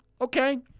Okay